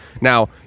now